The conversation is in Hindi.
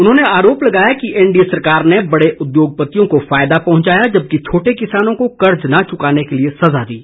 उन्होंने आरोप लगाया कि एनडीए सरकार ने बड़े उद्योगपतियों को फायदा पहुंचाया जबकि छोटे किसानों को कर्ज न चुकाने के लिए सजा दी गई